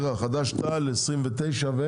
ל-29.